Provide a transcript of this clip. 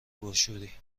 باشعوری